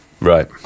Right